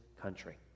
country